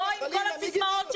חלילה, מי גימד אותך?